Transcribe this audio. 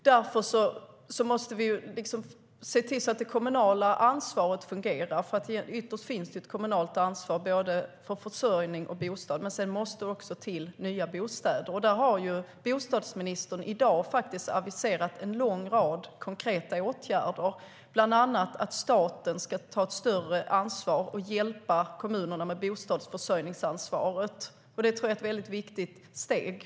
Därför måste vi se till att det kommunala ansvaret fungerar - ytterst finns det nämligen ett kommunalt ansvar för både försörjning och bostad - men sedan måste det till nya bostäder. Bostadsministern har i dag faktiskt aviserat en lång rad konkreta åtgärder, bland annat att staten ska ta ett större ansvar och hjälpa kommunerna med bostadsförsörjningsansvaret. Det tror jag är ett viktigt steg.